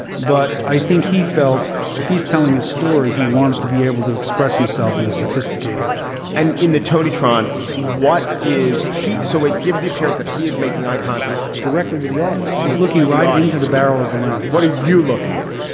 but i think he felt if he's telling his story, he wanted to be able to express himself in a sophisticated way. and in the tony tron, what is he? so it gives the appearance that he is making eye contact directly with the audience. he's looking right into the barrel of the land. what are you looking at?